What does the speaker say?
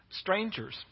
strangers